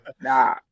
Nah